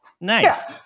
Nice